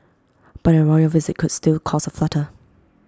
but A royal visit could still cause A flutter